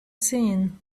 seen